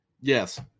Yes